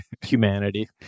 humanity